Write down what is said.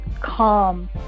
calm